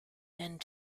and